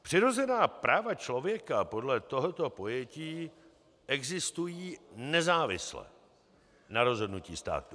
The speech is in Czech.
Přirozená práva člověka podle tohoto pojetí existují nezávisle na rozhodnutí státu.